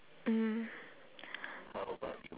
mm